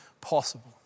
possible